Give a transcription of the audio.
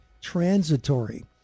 transitory